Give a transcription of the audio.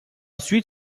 suite